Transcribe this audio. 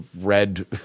read